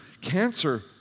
cancer